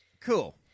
Cool